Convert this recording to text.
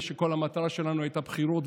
ושכל המטרה שלנו הייתה בחירות,